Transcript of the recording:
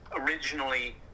originally